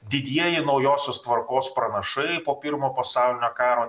didieji naujosios tvarkos pranašai po pirmo pasaulinio karo